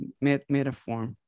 metaphor